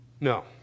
No